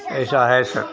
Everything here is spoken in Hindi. ऐसा है सर